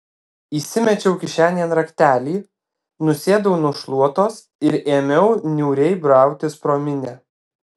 įsimečiau kišenėn raktelį nusėdau nu šluotos ir ėmiau niūriai brautis pro minią